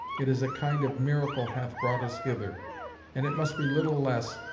it is a kind of miracle bath brought us hither and it must be little less,